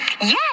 Yes